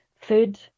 food